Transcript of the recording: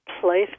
place